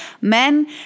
men